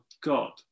God